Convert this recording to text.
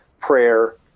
prayer